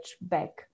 back